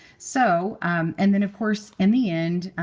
so um and then of course, in the end,